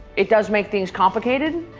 it does make things complicated.